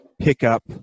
pickup